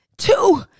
Two